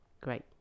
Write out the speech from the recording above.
great